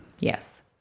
Yes